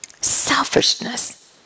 Selfishness